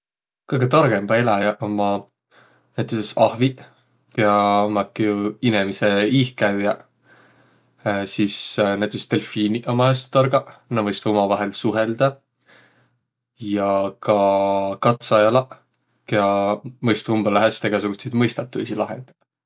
Kõgõ targõmbaq eläjäq ommaq näütüses ahviq, kiä ommaki inemise iihkäüjäq. Sis delfiiniq ommaq häste targaq. Nä mõistvaq umavahel suheldaq. Ja ka katsajalaq, kiä mõistvaq umbõlõ häste egäsutsit mõistatuisi lahendaq.